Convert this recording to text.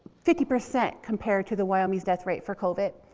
fifty percent compared to the wyoming's death rate for covid.